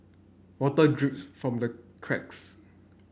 water drips from the cracks